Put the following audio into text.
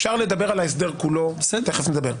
אפשר לדבר על ההסדר כולו ותכף נדבר.